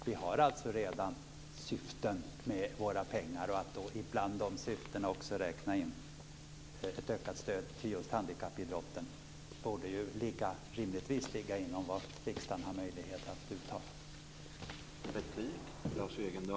Vi har alltså redan syften med våra pengar, och vi kan bland de syftena också räkna in detta stöd till handikappidrotten. Det borde rimligtvis ligga inom ramen för det som riksdagen har möjlighet att uttala.